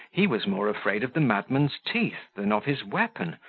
he was more afraid of the madman's teeth than of his weapon,